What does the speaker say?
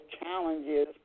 challenges